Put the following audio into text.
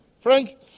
Frank